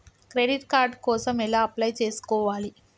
Credit card కోసం ఎలా apply చేసుకోవాలి?